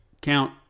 count